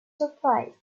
surprised